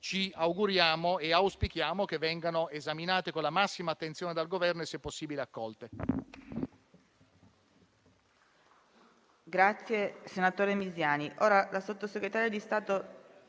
ci auguriamo e auspichiamo che vengano esaminate con la massima attenzione dal Governo e, se possibile, accolte.